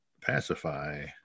pacify